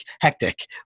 hectic